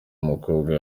umukobwa